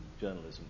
journalism